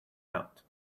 out